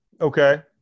Okay